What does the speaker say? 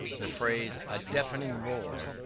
the phrase a deafening roar,